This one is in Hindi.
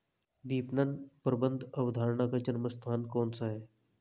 विपणन प्रबंध अवधारणा का जन्म स्थान कौन सा है?